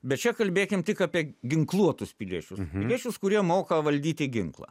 bet čia kalbėkim tik apie ginkluotus piliečius piliečius kurie moka valdyti ginklą